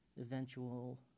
eventual